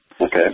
Okay